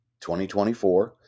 2024